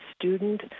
student